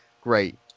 great